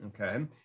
okay